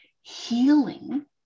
healing